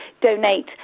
donate